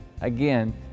Again